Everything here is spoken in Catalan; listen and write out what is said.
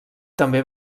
també